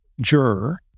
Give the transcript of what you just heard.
juror